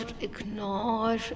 ignore